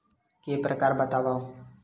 के प्रकार बतावव?